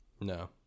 No